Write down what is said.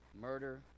Murder